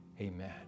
Amen